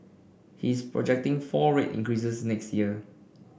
he is projecting four rate increases next year